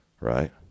right